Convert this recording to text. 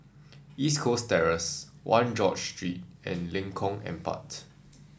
East Coast Terrace One George Street and Lengkong Empat